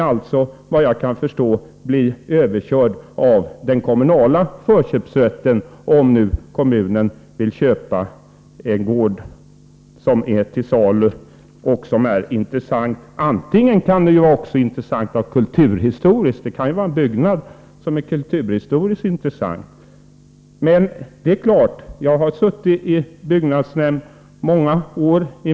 Han kommer såvitt jag förstår att bli överkörd av den kommunala förköpsrätten, om nu kommunen vill köpa en gård som är till salu och som är av intresse för den. Det kan t.ex. gälla en kulturhistoriskt intressant byggnad. Jag har suttit i min kommuns byggnadsnämnd i många år.